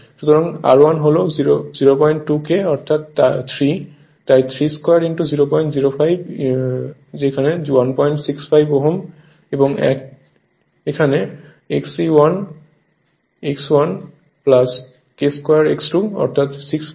সুতরাং R1 হল 02k অর্থাৎ 3 তাই 32 005 165 Ω এবং এই এক Xe 1 x 1 K2 X2 অর্থাৎ 6 32 এটি আসলে 003